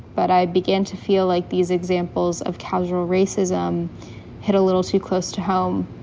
but i began to feel like these examples of casual racism hit a little too close to home.